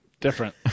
Different